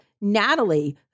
Natalie